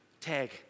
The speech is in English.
tag